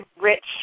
rich